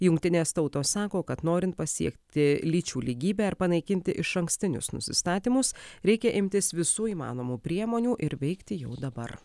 jungtinės tautos sako kad norint pasiekti lyčių lygybę ar panaikinti išankstinius nusistatymus reikia imtis visų įmanomų priemonių ir veikti jau dabar